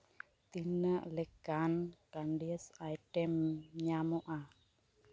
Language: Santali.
ᱛᱤᱱᱟᱹᱜ ᱞᱮᱠᱟᱱ ᱠᱮᱱᱰᱤᱥ ᱟᱭᱴᱮᱢ ᱧᱟᱢᱚᱜᱼᱟ